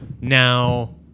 now